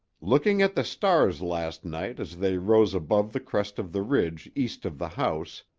looking at the stars last night as they rose above the crest of the ridge east of the house,